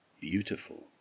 beautiful